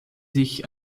sich